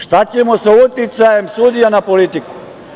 Šta ćemo sa uticajem sudija na politiku?